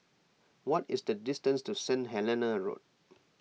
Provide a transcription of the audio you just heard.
what is the distance to Saint Helena Road